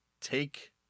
take